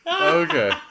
Okay